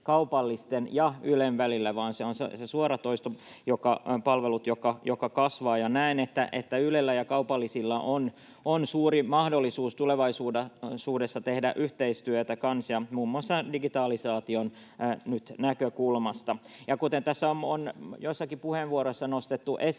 kaupallisten ja Ylen välillä, vaan ne ovat ne suoratoistopalvelut, joiden palvelut kasvavat, ja näen, että Ylellä ja kaupallisilla on tulevaisuudessa suuri mahdollisuus tehdä yhteistyötä, muun muassa digitalisaation näkökulmasta. Kuten tässä on joissakin puheenvuoroissa nostettu esille,